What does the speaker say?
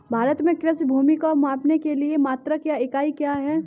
भारत में कृषि भूमि को मापने के लिए मात्रक या इकाई क्या है?